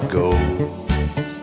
goes